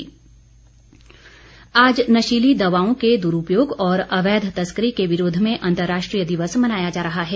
मुख्यमंत्री आज नशीली दवाओं के दुरुपयोग और अवैध तस्करी के विरोध में अंतर्राष्ट्रीय दिवस मनाया जा रहा है